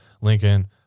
Lincoln